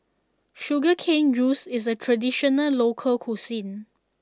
Sugar Cane Juice is a traditional local cuisine